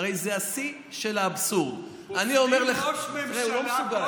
הרי זה השיא של האבסורד פוסלים ראש ממשלה,